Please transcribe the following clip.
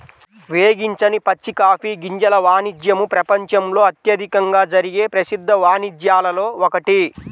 వేగించని పచ్చి కాఫీ గింజల వాణిజ్యము ప్రపంచంలో అత్యధికంగా జరిగే ప్రసిద్ధ వాణిజ్యాలలో ఒకటి